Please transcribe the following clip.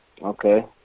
Okay